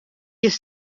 this